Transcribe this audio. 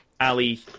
Ali